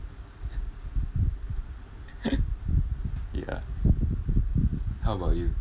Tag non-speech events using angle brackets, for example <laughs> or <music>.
<laughs> ya how about you